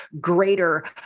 greater